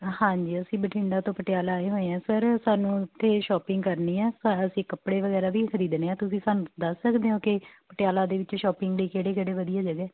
ਹਾਂਜੀ ਅਸੀਂ ਬਠਿੰਡਾ ਤੋਂ ਪਟਿਆਲਾ ਆਏ ਹੋਏ ਹਾਂ ਸਰ ਸਾਨੂੰ ਇੱਥੇ ਸ਼ੋਪਿੰਗ ਕਰਨੀ ਆ ਪਰ ਅਸੀਂ ਕੱਪੜੇ ਵਗੈਰਾ ਵੀ ਖਰੀਦਣੇ ਆ ਤੁਸੀਂ ਸਾਨੂੰ ਦੱਸ ਸਕਦੇ ਹੋ ਕਿ ਪਟਿਆਲਾ ਦੇ ਵਿੱਚ ਸ਼ੋਪਿੰਗ ਲਈ ਕਿਹੜੇ ਕਿਹੜੇ ਵਧੀਆ ਜਗ੍ਹਾ